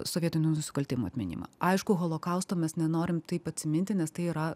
sovietinių nusikaltimų atminimą aišku holokausto mes nenorim taip atsiminti nes tai yra